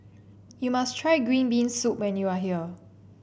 you must try Green Bean Soup when you are here